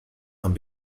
and